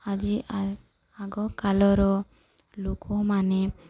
ଆଜି ଆଗକାଳର ଲୋକମାନେ